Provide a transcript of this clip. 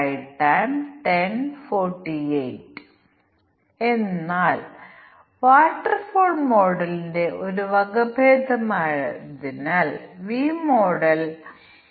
ഭക്ഷണം പകുതിയിൽ കൂടുതൽ ഒരു സീറ്റിൽ 3000 ൽ കൂടുതൽ അത് ഒരു ആഭ്യന്തര വിമാനമല്ലെങ്കിൽ മാത്രമേ സൌജന്യമായി നൽകൂ